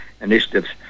initiatives